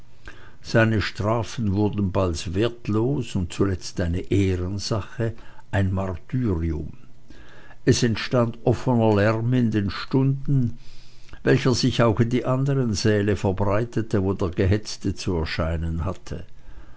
seine strafen wurden bald wertlos und zuletzt eine ehrensache ein martyrium es entstand offener lärm in den stunden welcher sich auch in die anderen säle verbreitete wo der gehetzte zu erscheinen hatte